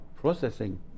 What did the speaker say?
processing